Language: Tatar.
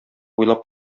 уйлап